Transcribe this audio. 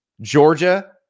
Georgia